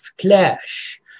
clash